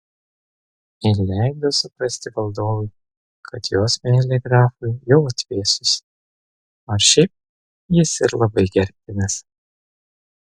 ir leido suprasti valdovui kad jos meilė grafui jau atvėsusi nors šiaip jis ir labai gerbtinas